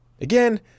Again